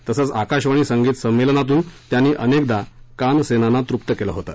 तसंच आकाशवाणी संगीत संमेलनातून त्यांनी अनेकदा कानसेनांना तृप्त केलं होतं